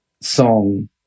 song